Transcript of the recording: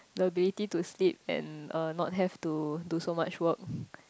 the ability to sleep and uh not have to do so much work